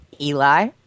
Eli